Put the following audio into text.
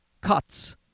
cuts